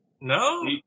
No